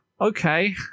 Okay